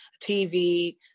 TV